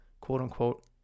quote-unquote